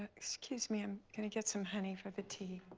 excuse me, i'm going to get some honey for the tea.